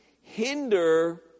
hinder